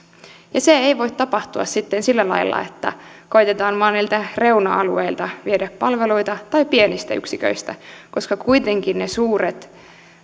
ja se ei voi tapahtua sitten sillä lailla että koetetaan vain niiltä reuna alueilta tai pienistä yksiköistä koska kuitenkin ne suuret